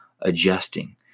adjusting